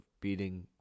beating